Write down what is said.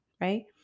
right